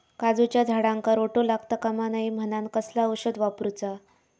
काजूच्या झाडांका रोटो लागता कमा नये म्हनान कसला औषध वापरूचा?